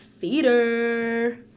theater